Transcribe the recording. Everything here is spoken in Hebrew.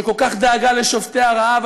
שכל כך דאגה לשובתי הרעב,